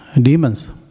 demons